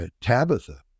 Tabitha